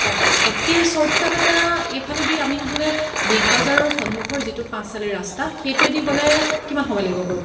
অঁ অঁ তাতকে চৰ্টকাট এটা এইফালেদি আমি নহ'লে বিগ বাজাৰৰ সন্মুখৰ যিটো পাঁচ আলিৰ ৰাস্তা সেইটোৱে দি গ'লে কিমান সময় লাগিব বাৰু